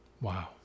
Wow